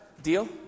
Deal